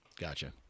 Gotcha